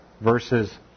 versus